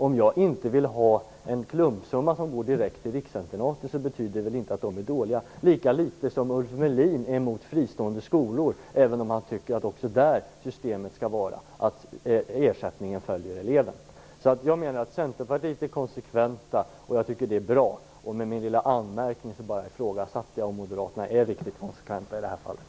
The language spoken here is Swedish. Om jag inte vill ha en klumpsumma som går direkt till riksinternaten betyder väl inte det att de är dåliga, lika litet som Ulf Melin är emot fristående skolor även om han tycker att systemet också där skall vara att ersättningen följer eleven. Jag menar att Centerpartiet är konsekvent, och jag tycker att det är bra. Med min lilla anmärkning ifrågasatte jag bara om Moderaterna är riktigt konsekventa i det här fallet.